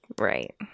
Right